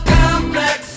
complex